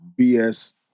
bs